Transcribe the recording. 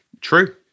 True